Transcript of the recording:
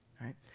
right